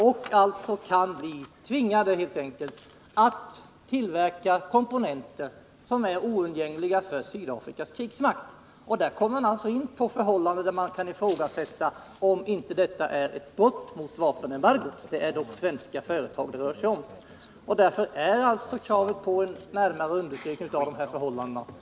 De kan alltså helt enkelt bli tvingade att tillverka komponenter som är oumbärliga för Sydafrikas krigsmakt. Det är mot den bakgrunden man kommer in på resonemanget om man inte kan ifrågasätta om detta är ett brott mot vapenembargot — det är dock svenska företag det rör sig om. Därför är kravet på en närmare undersökning av förhållandena motiverat.